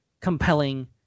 compelling